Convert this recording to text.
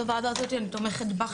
אני תומכת בעבודת הוועדה הזאת,